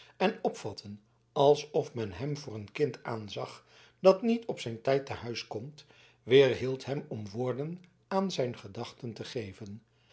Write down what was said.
en opvatten alsof men hem voor een kind aanzag dat niet op zijn tijd te huis komt weerhield hem om woorden aan zijn gedachten te geven